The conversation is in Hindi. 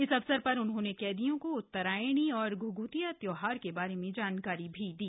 इस अवसर पर उन्होंने कैदियों को उत्तरायणी और घ्घ्तिया त्यौहार के बारे जानकारी भी दी